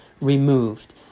removed